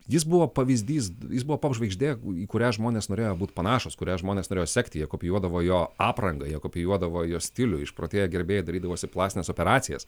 jis buvo pavyzdys jis buvo pop žvaigždė į kurią žmonės norėjo būt panašūs kurią žmonės norėjo sekti jie kopijuodavo jo aprangą jie kopijuodavo jo stilių išprotėję gerbėjai darydavosi plastines operacijas